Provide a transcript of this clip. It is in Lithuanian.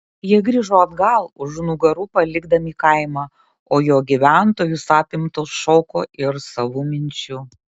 jie grįžo atgal už nugarų palikdami kaimą o jo gyventojus apimtus šoko ir savų minčių